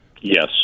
Yes